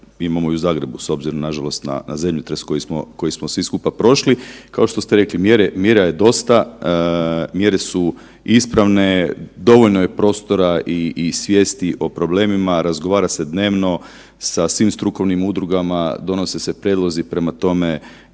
imamo i u Zagrebu s obzirom nažalost na zemljotres koji smo, koji smo svi skupa prošli. Kao što ste rekli, mjere, mjera je dosta, mjere su ispravne, dovoljno je prostora i, i svijesti o problemima, razgovara se dnevno sa svim strukovnim udrugama, donose se prijedlozi, prema tome